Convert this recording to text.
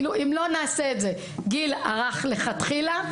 אם לא נעשה את זה גיל הרך לכתחילה,